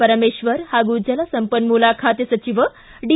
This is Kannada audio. ಪರಮೇಕ್ವರ ಹಾಗೂ ಜಲ ಸಂಪನ್ಮೂಲ ಖಾತೆ ಸಚಿವ ಡಿ